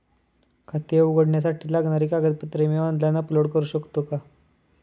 खाते उघडण्यासाठी लागणारी कागदपत्रे मी ऑनलाइन अपलोड करू शकतो का?